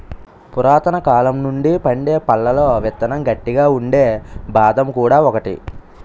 పురాతనకాలం నుండి పండే పళ్లలో విత్తనం గట్టిగా ఉండే బాదం కూడా ఒకటి